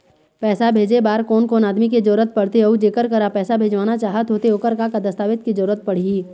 पैसा भेजे बार कोन कोन आदमी के जरूरत पड़ते अऊ जेकर करा पैसा भेजवाना चाहत होथे ओकर का का दस्तावेज के जरूरत पड़ही?